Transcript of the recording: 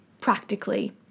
practically